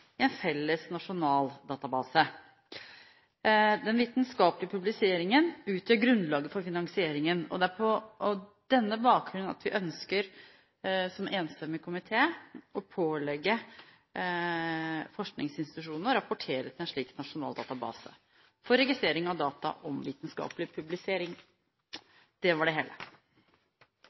i en felles nasjonal database. Den vitenskapelige publiseringen utgjør grunnlaget for finansieringen, og det er på denne bakgrunn vi som enstemmig komité ønsker å pålegge forskningsinstitusjoner å rapportere til en slik nasjonal database for registrering av data om vitenskapelig publisering. Det var det hele.